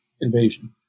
invasion